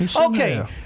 Okay